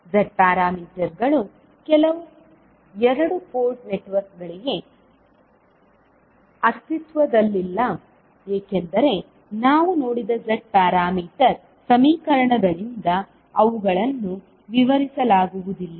Z ಪ್ಯಾರಾಮೀಟರ್ಗಳು ಕೆಲವು ಎರಡು ಪೋರ್ಟ್ ನೆಟ್ವರ್ಕ್ಗಳಿಗೆ ಅಸ್ತಿತ್ವದಲ್ಲಿಲ್ಲ ಏಕೆಂದರೆ ನಾವು ನೋಡಿದ Z ಪ್ಯಾರಾಮೀಟರ್ ಸಮೀಕರಣಗಳಿಂದ ಅವುಗಳನ್ನು ವಿವರಿಸಲಾಗುವುದಿಲ್ಲ